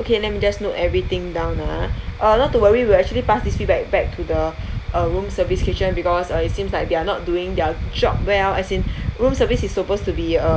okay let me just note everything down ah uh not to worry we'll actually pass this feedback back to the uh room service kitchen because uh it seems like they're not doing their job well as in room service is supposed to be a